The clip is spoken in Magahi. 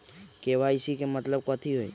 के.वाई.सी के मतलब कथी होई?